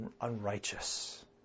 unrighteous